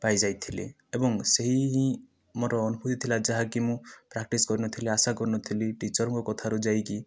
ପାଇଯାଇଥିଲି ଏବଂ ସେହି ହିଁ ମୋର ଅନୁଭୂତି ଥିଲା ଯାହା କି ମୁ ପ୍ରାକ୍ଟିସ କରିନଥିଲି ଆଶା କରିନଥିଲି ଟିଚରଙ୍କ କଥାରେ ଯାଇକି